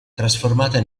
trasformata